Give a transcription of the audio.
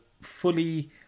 fully